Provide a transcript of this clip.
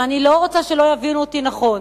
ואני לא רוצה שלא יבינו אותי נכון.